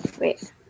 wait